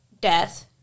death